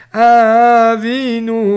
avinu